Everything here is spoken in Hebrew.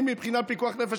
אדוני היושב-ראש,